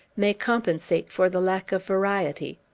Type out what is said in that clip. may compensate for the lack of variety.